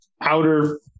outer